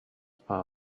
part